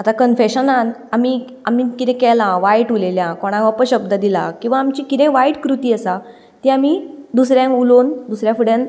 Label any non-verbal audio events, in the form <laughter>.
आतां कन्फेशनांत आमी आमी कितें केलां वायट उलयल्यां कोणा <unintelligible> शब्द दिला किंवां आमची कितेंय वायट कृती आसा ती आमी दुसऱ्यांक उलोवन दुसऱ्या फुड्यान